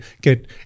get